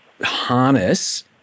harness